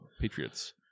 Patriots